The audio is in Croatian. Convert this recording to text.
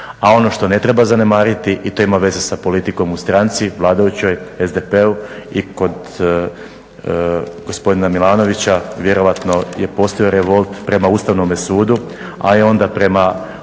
A on što ne treba zanemariti i to ima veze sa politikom u stranci vladajućoj SDP-u i kog gospodina Milanovića vjerojatno je postojao revolt prema Ustavnome sudu, a i onda prema